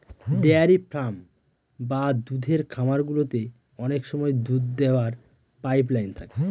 dairy farm বা দুধের খামার গুলোতে অনেক সময় দুধ দোওয়ার পাইপ লাইন থাকে